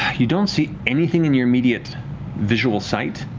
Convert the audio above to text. you don't see anything in your immediate visual sight,